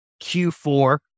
Q4